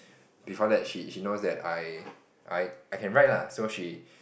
before that she she knows that I I I can write ah so she